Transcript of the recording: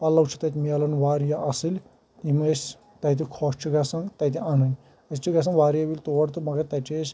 پلو چھِ تتہِ میلان واریاہ اصٕل یِم أسۍ تتہِ خۄش چھِ گژھان تتہِ انٕنۍ أسۍ چھِ واریاہہِ ولۍ تور مگر تتہِ چھِ أسۍ